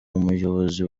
umuyobozi